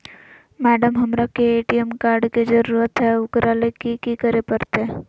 Madam, हमरा के ATM card के जरूरत है ऊकरा ले की की करे परते?